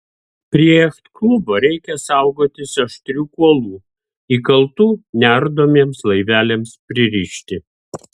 prie jachtklubo reikia saugotis aštrių kuolų įkaltų neardomiems laiveliams pririšti